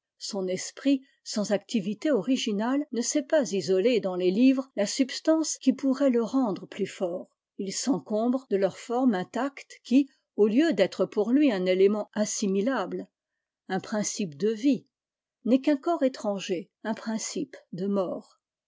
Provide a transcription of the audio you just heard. son esprit sans activité originale ne sait pas isoler dans les livres la substance qui pourrait le rendre plus fort il s'encombre de leur forme intacte qui au lieu d'être pour lui un élément assimilable un principe de vie n'est qu'un corps étranger un principe de mort